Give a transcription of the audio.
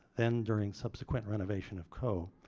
then during subsequent renovation of coe,